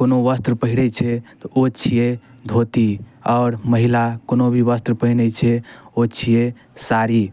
कोनो वस्त्र पहिरै छै तऽ ओ छिए धोती आओर महिला कोनो भी वस्त्र पहिरै छै ओ छिए साड़ी